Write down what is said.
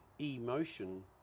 emotion